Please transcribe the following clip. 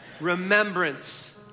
Remembrance